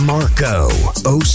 Marco